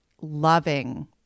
loving